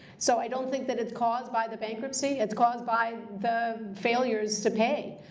so i don't think that it's caused by the bankruptcy. it's caused by the failures to pay.